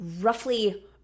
roughly